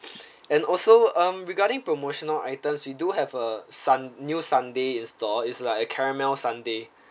and also um regarding promotional items we do have uh sund~ new sundae in store it's like a caramel sundae